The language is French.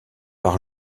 par